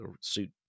suit